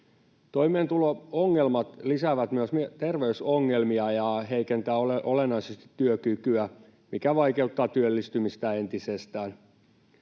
Toimeentulo-ongelmat lisäävät myös terveysongelmia ja heikentävät olennaisesti työkykyä, mikä vaikeuttaa työllistymistä entisestään.